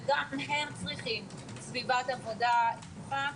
גם הם צריכים סביבת עבודה בטוחה.